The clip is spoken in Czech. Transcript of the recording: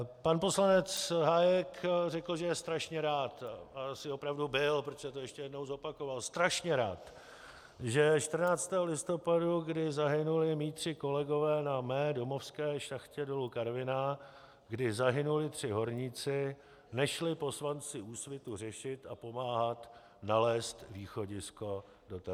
Pan poslanec Hájek řekl, že je strašně rád, a asi opravdu byl, protože to ještě jednou zopakoval, strašně rád, že 14. listopadu, kdy zahynuli mí tři kolegové na mé domovské šachtě Dolu Karviná, kdy zahynuli tři horníci, nešli poslanci Úsvitu řešit a pomáhat nalézt východisko z této nehody.